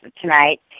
tonight